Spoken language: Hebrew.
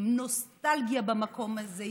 עם נוסטלגיה במקום הזה,